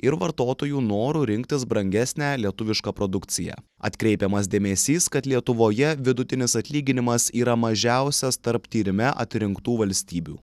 ir vartotojų noru rinktis brangesnę lietuvišką produkciją atkreipiamas dėmesys kad lietuvoje vidutinis atlyginimas yra mažiausias tarp tyrime atrinktų valstybių